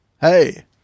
Hey